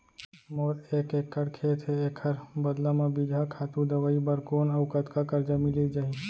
मोर एक एक्कड़ खेत हे, एखर बदला म बीजहा, खातू, दवई बर कोन अऊ कतका करजा मिलिस जाही?